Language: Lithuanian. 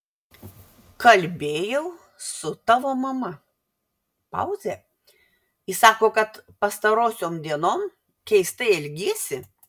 kalbėjau su tavo mama pauzė ji sako kad pastarosiom dienom keistai elgiesi